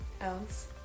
else